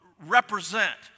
represent